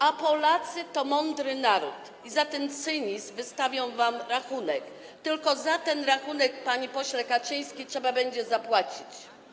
A Polacy to mądry naród i za ten cynizm wystawią wam rachunek, tylko za ten rachunek, panie pośle Kaczyński, trzeba będzie zapłacić.